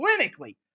clinically